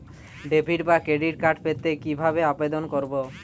Debit বা credit card পেতে কি ভাবে আবেদন করব?